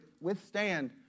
Withstand